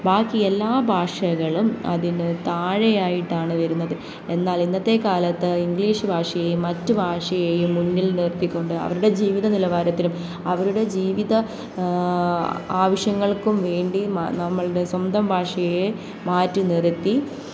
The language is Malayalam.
ബാക്കി എല്ലാ ഭാഷകളും അതിന് താഴെയയായിട്ടാണ് വരുന്നത് എന്നാൽ ഇന്നത്തെ കാലത്ത് ഇംഗ്ലീഷ് ഭാഷയും മറ്റ് ഭാഷയെയും മുന്നിൽ നിർത്തിക്കൊണ്ട് അവരുടെ ജീവിത നിലവാരത്തിലും അവരുടെ ജീവിത ആവശ്യങ്ങൾക്കും വേണ്ടി നമ്മളുടെ സ്വന്തം ഭാഷയെ മാറ്റി നിർത്തി